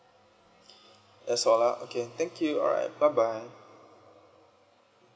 that's all ah okay thank you alright bye bye